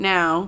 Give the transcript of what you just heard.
Now